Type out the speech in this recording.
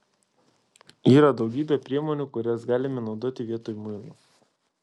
yra daugybė priemonių kurias galime naudoti vietoj muilo